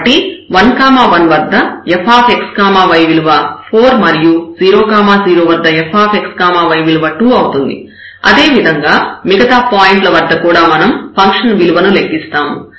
కాబట్టి 1 1 వద్ద fx y విలువ 4 మరియు 0 0 వద్ద fx y విలువ 2 అవుతుంది అదేవిధంగా మిగతా పాయింట్ల వద్ద కూడా మనం ఫంక్షన్ విలువను లెక్కిస్తాము